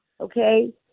okay